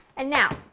and now,